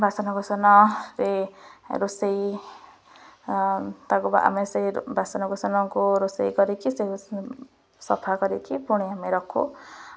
ବାସନ କୁୁସନ ସେ ରୋଷେଇ ତାକୁ ଆମେ ସେ ବାସନ କୁୁସନକୁ ରୋଷେଇ କରିକି ସେ ସଫା କରିକି ପୁଣି ଆମେ ରଖୁ